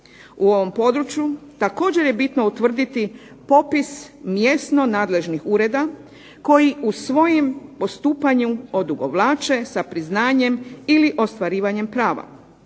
U ovom području također je bitno utvrditi popis mjesno nadležnih ureda koji u svojem postupanju odugovlače sa priznanjem ili ostvarivanjem prava.